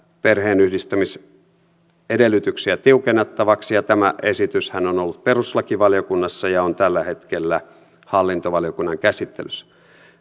perheenyhdistämisedellytyksiä tiukennettavaksi ja tämä esityshän on ollut perustuslakivaliokunnassa ja on tällä hetkellä hallintovaliokunnan käsittelyssä